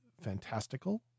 fantastical